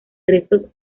restos